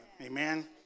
Amen